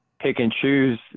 pick-and-choose